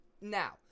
Now